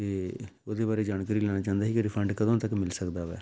ਅਤੇ ਉਹਦੇ ਬਾਰੇ ਜਾਣਕਾਰੀ ਲੈਣਾ ਚਾਹੁੰਦੇ ਸੀ ਕਿ ਰਿਫੰਡ ਕਦੋਂ ਤੱਕ ਮਿਲ ਸਕਦਾ ਹੈ